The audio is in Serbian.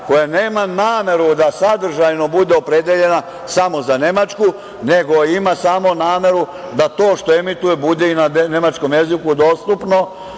koja nema nameru da sadržajno bude opredeljena samo za Nemačku, nego ima samo nameru da to što emituje bude i na nemačkom jeziku dostupno,